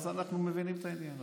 אז אנחנו מבינים את העניין.